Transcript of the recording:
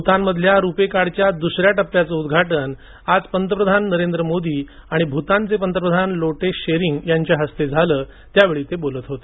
भूतानमधल्या रूपे कार्डच्या दुसऱ्या टप्प्याचं उद्घाटन आज पंतप्रधान मोदी आणि भूतानचे पंतप्रधान लोटे त्शेरिंग यांच्या हस्ते झालं त्यावेळी ते बोलत होते